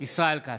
ישראל כץ,